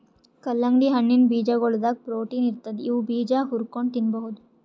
ಕಲ್ಲಂಗಡಿ ಹಣ್ಣಿನ್ ಬೀಜಾಗೋಳದಾಗ ಪ್ರೊಟೀನ್ ಇರ್ತದ್ ಇವ್ ಬೀಜಾ ಹುರ್ಕೊಂಡ್ ತಿನ್ಬಹುದ್